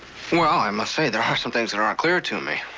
well, i must say there are some things that aren't clear to me.